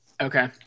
Okay